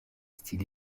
style